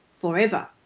forever